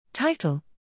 Title